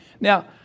Now